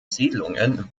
siedlungen